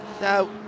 now